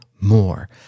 more